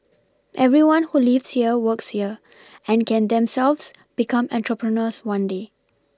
everyone who lives here works here and can themselves become entrepreneurs one day